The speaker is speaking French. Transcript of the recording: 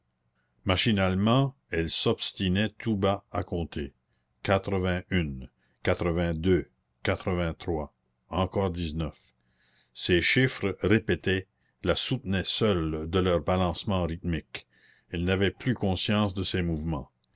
machinalement elle s'obstinait tout bas à compter quatre vingt une quatre-vingt-deux quatre-vingt-trois encore dix-neuf ces chiffres répétés la soutenaient seuls de leur balancement rythmique elle n'avait plus conscience de ses mouvements